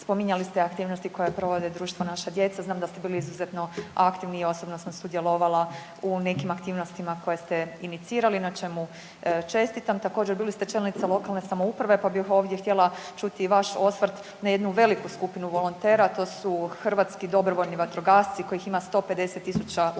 spominjali ste aktivnosti koje provode društvo Naša djeca, znam da ste bili izuzetno aktivni i osobno sam sudjelovala u nekim aktivnostima koje ste inicirali, na čemu čestitam. Također bili ste čelnica lokalne samouprava pa bih ovdje htjela čuti i vaš osvrt na jednu veliku skupinu volontera, a to su hrvatski dobrovoljni vatrogasci kojih ima 150.000 u